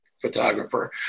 photographer